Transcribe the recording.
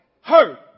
hurt